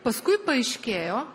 paskui paaiškėjo